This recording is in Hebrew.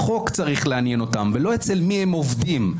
החוק צריך לעניין אותם, ולא אצל מי הם עובדים.